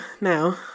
now